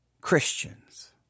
Christians